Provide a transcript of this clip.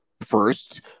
first